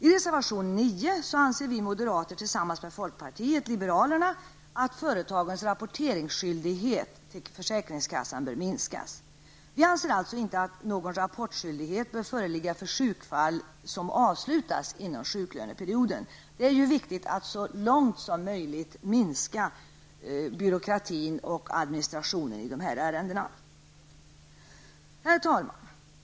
I reservation 9 säger vi moderater tillsammans med folkpartiet liberalerna att företagens rapporteringsskyldighet till försäkringskassan bör minskas. Vi anser alltså inte att någon rapporteringsskyldighet bör föreligga för sjukfall som avslutas inom sjuklöneperioden. Det är viktigt att man så långt som möjligt minskar byråkratin och administrationen när det gäller dessa ärenden. Herr talman?